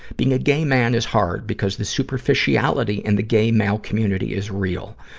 being a gay man is hard, because the superficiality in the gay male community is real.